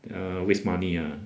ya waste money ah